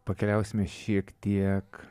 pakeliausime šiek tiek